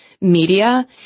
media